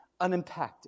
unimpacted